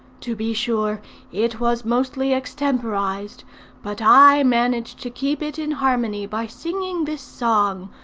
to be sure it was mostly extemporized but i managed to keep it in harmony by singing this song,